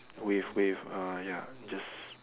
with with uh ya just